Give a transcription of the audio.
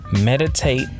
meditate